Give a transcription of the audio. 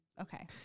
Okay